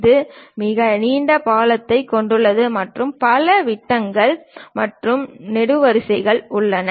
இது மிக நீண்ட பாலத்தைக் கொண்டுள்ளது மற்றும் பல விட்டங்கள் மற்றும் நெடுவரிசைகள் உள்ளன